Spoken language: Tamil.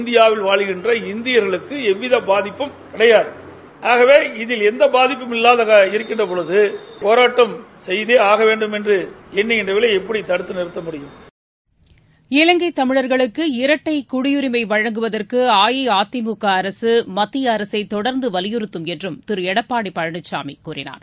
இந்தியாவில் வாழுகின்ற இந்தியர்களுக்கு எல்லித பாதிப்பும் கிடையாது ஆகவே இகில் எந்த பாதிப்பும் இல்லாமல் இருக்கின்றபோது போராட்டம் செய்தே ஆகவேண்டும் என்று எண்ணுகின்றவர்களை எப்படி தடுத்து நிறுத்த முடியும்ப இலங்கை தமிழர்களுக்கு இரட்டை குடியுரிமை வழங்குவதற்கு அஇஅதிமுக அரசு மத்திய அரசை தொடர்ந்து வலியுறுத்தும் என்றும் திரு எடப்பாடி பழனிசாமி கூறினார்